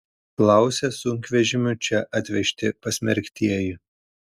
klausia sunkvežimiu čia atvežti pasmerktieji